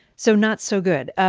so not so good.